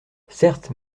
certes